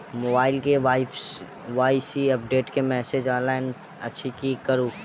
Mobile मे KYC update केँ message आइल अछि की करू?